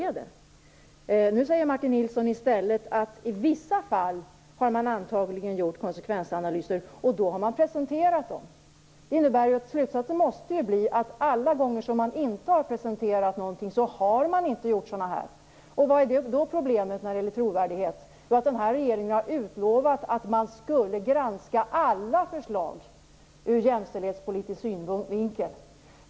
I stället säger Martin Nilsson att man i vissa fall antagligen har gjort konsekvensanalyser och att de då har presenterats. Det innebär att slutsatsen måste bli att alla gånger man inte har presenterat någonting har man inte gjort sådana. Vad är då problemet när det gäller trovärdighet? Jo, den här regeringen har utlovat att man skulle granska alla förslag ur jämställdhetspolitisk synvinkel.